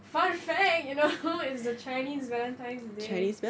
fun fact you know it's the chinese valentines day